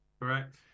Correct